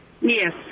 Yes